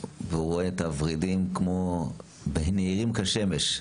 ורואה את הוורידים מאירים כשמש.